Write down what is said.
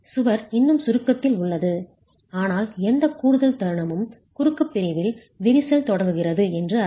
சுவர் இன்னும் சுருக்கத்தில் உள்ளது ஆனால் எந்த கூடுதல் தருணமும் குறுக்கு பிரிவில் விரிசல் தொடங்குகிறது என்று அர்த்தம்